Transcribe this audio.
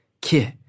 kit